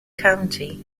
county